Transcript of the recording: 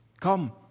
Come